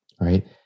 right